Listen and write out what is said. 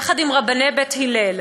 יחד עם רבני "בית הלל",